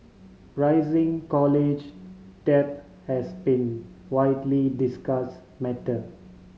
rising college debt has been widely discuss matter